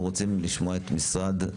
שלי לוי,